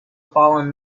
fallen